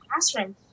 classroom